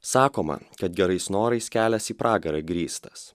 sakoma kad gerais norais kelias į pragarą grįstas